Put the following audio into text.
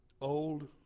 old